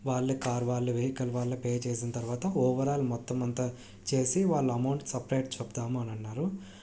వాళ్ళే కార్ వాళ్ళే వెహికల్ వాళ్ళే పే చేసిన తర్వాత ఓవరాల్ మొత్తమంతా చేసి వాళ్ళు అమౌంట్ సపరేట్ చెప్తాము అని అన్నారు